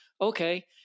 okay